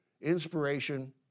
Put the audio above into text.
inspiration